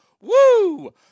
Woo